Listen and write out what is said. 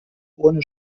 ohne